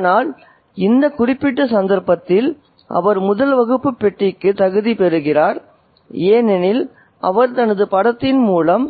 ஆனால் இந்த குறிப்பிட்ட சந்தர்ப்பத்தில் அவர் முதல் வகுப்பு பெட்டிக்கு தகுதி பெறுகிறார் ஏனெனில் அவர் தனது படத்தின் மூலம்